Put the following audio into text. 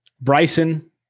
Bryson